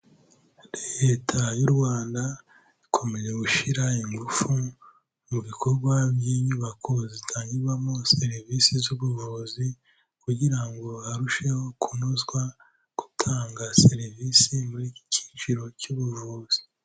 Leta y'u Rwanda ikomeje gushyira ingufu mu bikorwa by'inyubako zitangirwamo serivisi z'ubuvuzi kugira ngo harusheho kunozwa gutanga serivisi muri iki kiciro cy'ubuvuzi.